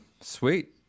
Sweet